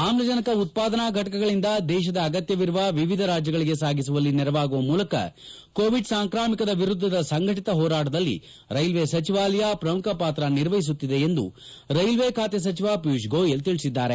ಆಮ್ಲಜನಕ ಉತ್ಪಾದನಾ ಫಟಕಗಳಿಂದ ದೇಶದ ಅಗತ್ತವಿರುವ ವಿವಿಧ ರಾಜ್ಲಗಳಿಗೆ ಸಾಗಿಸುವಲ್ಲಿ ನೆರವಾಗುವ ಮೂಲಕ ಕೋವಿಡ್ ಸಾಂಕ್ರಾಮಿಕದ ವಿರುದ್ದದ ಸಂಘಟಿತ ಹೋರಾಟದಲ್ಲಿ ರೈಲ್ವೆ ಸಚಿವಾಲಯ ಪ್ರಮುಖ ಪಾತ್ರ ನಿರ್ವಹಿಸುತ್ತಿದೆ ಎಂದು ರೈಲ್ವೇ ಖಾತೆ ಸಚಿವ ಪಿಯೂಷ್ಗೋಯಲ್ ತಿಳಿಸಿದ್ದಾರೆ